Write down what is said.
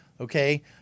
okay